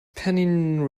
pennine